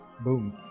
boom